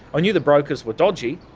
i knew the brokers were dodgy,